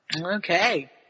Okay